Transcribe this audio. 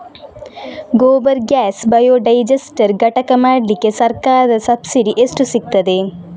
Gobar gas biodigester ಘಟಕ ಮಾಡ್ಲಿಕ್ಕೆ ಸರ್ಕಾರದ ಸಬ್ಸಿಡಿ ಎಷ್ಟು ಸಿಕ್ತಾದೆ?